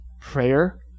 prayer